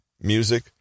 music